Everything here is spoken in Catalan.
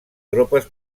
tropes